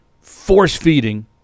force-feeding